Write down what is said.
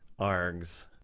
ARGs